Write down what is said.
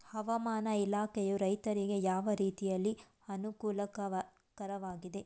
ಹವಾಮಾನ ಇಲಾಖೆಯು ರೈತರಿಗೆ ಯಾವ ರೀತಿಯಲ್ಲಿ ಅನುಕೂಲಕರವಾಗಿದೆ?